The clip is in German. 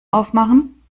aufmachen